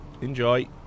Enjoy